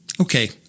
Okay